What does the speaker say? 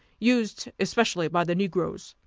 used especially by the negroes.